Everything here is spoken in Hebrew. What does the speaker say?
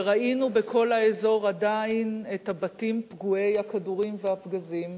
וראינו בכל האזור עדיין את הבתים פגועי הכדורים והפגזים,